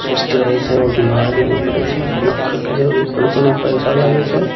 स्वस्थ रहै छै आओर बेमार भी नहि पड़े छै डॉकटरके जरूरी पड़े छै नहि पइसा लागै छै